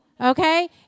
Okay